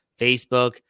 Facebook